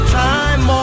time